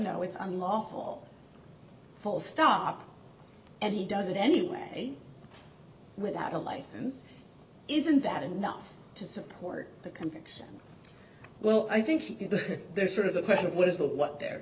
know it's unlawful full stop and he does it anyway without a license isn't that enough to support the conviction well i think there's sort of the question of what is what there what th